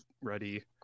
ready